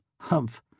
Humph